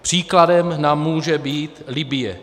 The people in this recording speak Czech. Příkladem nám může být Libye.